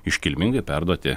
iškilmingai perduoti